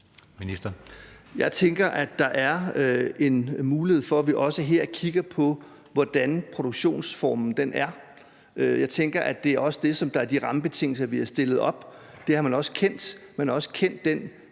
Jeg tænker, at der er en mulighed for, at vi også her kigger på, hvordan produktionsformen er. Jeg tænker, at det også er det, der er de rammebetingelser, som vi har stillet op. Det har man også kendt. Man har også kendt den